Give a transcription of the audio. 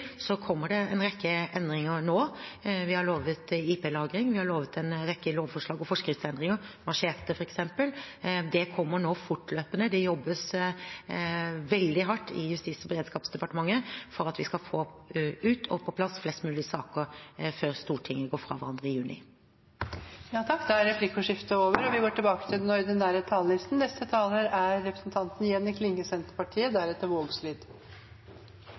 kommer det en rekke endringer nå. Vi har lovet IPE-lagring. Vi har lovet en rekke lovforslag og forskriftsendringer, om machete f.eks. Det kommer nå fortløpende. Det jobbes veldig hardt i Justis- og beredskapsdepartementet for at vi skal få ut og på plass flest mulig saker før Stortinget går fra hverandre i juni. Replikkordskiftet er omme. Å vere ein del av gjengen tenkjer vi